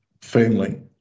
family